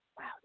Wow